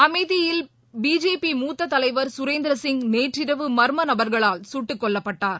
அமேதியில் BJP மூத்ததலைவர் கரேந்திரசிங் நேற்றிரவு மர்மநபர்களால் சுட்டுக்கொல்லப்பட்டார்